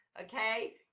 okay